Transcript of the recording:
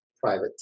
private